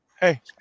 Hey